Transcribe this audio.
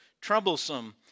troublesome